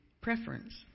preference